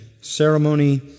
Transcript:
ceremony